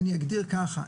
אני אגדיר ככה,